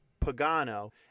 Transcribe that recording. Pagano